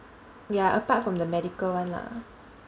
ya apart from the medical [one] lah